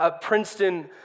Princeton